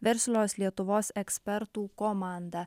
verslios lietuvos ekspertų komandą